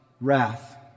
wrath